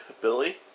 Billy